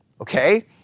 okay